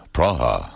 Praha